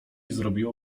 zrobiło